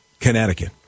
Connecticut